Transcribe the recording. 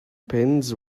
pins